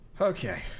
Okay